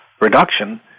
reduction